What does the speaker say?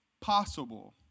possible